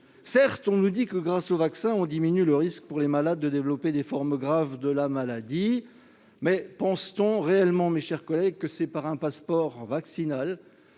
Certes, on nous dit que, grâce au vaccin, on diminue le risque pour les malades de développer des formes graves de la maladie, mais pense-t-on réellement, mes chers collègues, que c'est en instaurant un passeport vaccinal